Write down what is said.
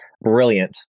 Brilliant